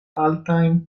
altajn